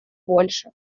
больше